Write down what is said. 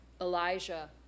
Elijah